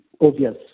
obvious